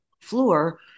floor